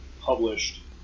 published